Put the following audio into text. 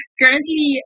currently